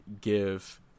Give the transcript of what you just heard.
give